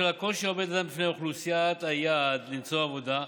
בשל הקושי העומד עדיין בפני אוכלוסיית היעד למצוא עבודה,